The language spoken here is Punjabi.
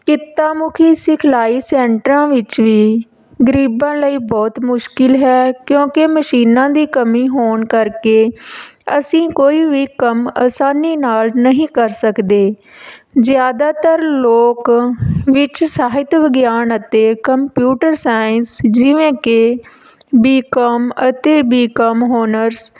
ਕਿੱਤਾ ਮੁਖੀ ਸਿਖਲਾਈ ਸੈਂਟਰਾਂ ਵਿੱਚ ਵੀ ਗਰੀਬਾਂ ਲਈ ਬਹੁਤ ਮੁਸ਼ਕਿਲ ਹੈ ਕਿਉਂਕਿ ਮਸ਼ੀਨਾਂ ਦੀ ਕਮੀ ਹੋਣ ਕਰਕੇ ਅਸੀਂ ਕੋਈ ਵੀ ਕੰਮ ਆਸਾਨੀ ਨਾਲ ਨਹੀਂ ਕਰ ਸਕਦੇ ਜ਼ਿਆਦਾਤਰ ਲੋਕ ਵਿੱਚ ਸਾਹਿਤ ਵਿਗਿਆਨ ਅਤੇ ਕੰਪਿਊਟਰ ਸਾਇੰਸ ਜਿਵੇਂ ਕਿ ਬੀ ਕੌਮ ਅਤੇ ਬੀ ਕੌਮ ਹੋਨਰਸ